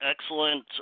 excellent